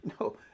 No